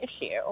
issue